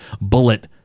bullet